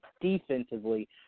defensively